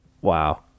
Wow